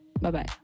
Bye-bye